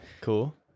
cool